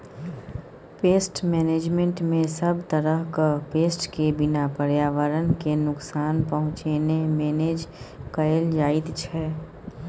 pest मेनेजमेन्टमे सब तरहक पेस्ट केँ बिना पर्यावरण केँ नुकसान पहुँचेने मेनेज कएल जाइत छै